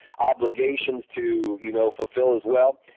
obligation to you know fulfil as well.